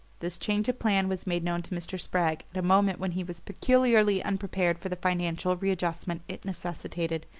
this change of plan was made known to mr. spragg at a moment when he was peculiarly unprepared for the financial readjustment it necessitated.